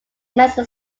mezzo